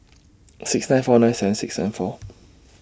six nine four nine seven six seven four